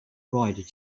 cried